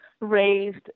raised